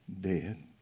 dead